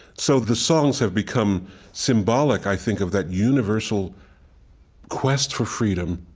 so the songs have become symbolic, i think, of that universal quest for freedom,